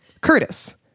Curtis